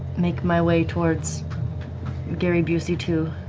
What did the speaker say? make my way towards gary busey two.